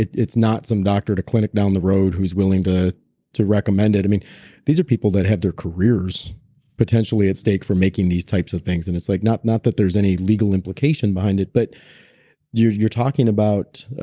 it's not some doctor, the clinic down the road who's willing to to recommend it. i mean these are people that have their careers potentially at stake for making these types of things. and it's like not not that there's any legal implication behind it, but you're you're talking about,